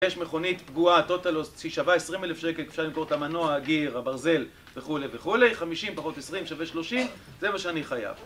יש מכונית פגועה, טוטלוס, היא שווה 20,000 שקל, אפשר למכור את המנוע, הגיר, הברזל וכו' וכו', 50 פחות 20 שווה 30, זה מה שאני חייב.